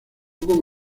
como